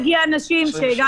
אני